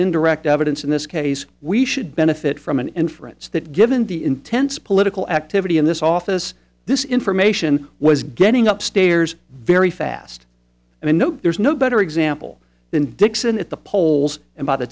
indirect evidence in this case we should benefit from an inference that given the intense political activity in this office this information was getting up stairs very fast and i know there's no better example than dixon at the polls and by the